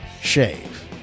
shave